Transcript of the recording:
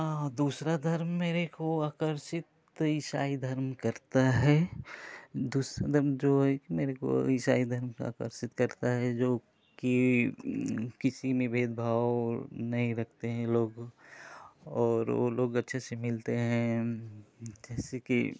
हाँ दूसरा धर्म मेरे को आकर्षित इसाई धर्म करता है दूसरा धर्म जो है मेरे को इसाई धर्म आकर्षित करता है जो कि किसी में भेद भाव नहीं रखते हैं लोग और वो लोग अच्छे से मिलते हैं जैसे कि